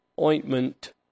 ointment